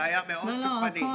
שהיה מאוד תוקפני.